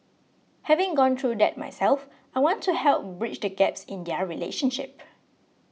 having gone through that myself I want to help bridge the gaps in their relationship